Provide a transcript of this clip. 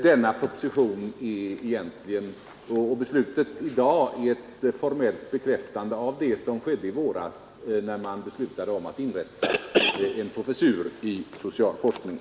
Denna proposition och beslutet i dag är ett formellt bekräftande av vad som skedde i våras när man beslöt inrätta en professur i social forskning.